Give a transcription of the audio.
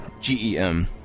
GEM